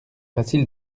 facile